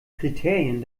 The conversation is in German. kriterien